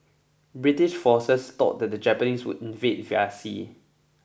British forces thought that the Japanese would invade via sea